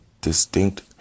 distinct